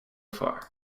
far